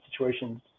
situations